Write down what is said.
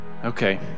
okay